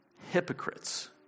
hypocrites